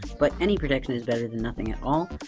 but any protection is better than nothing at all,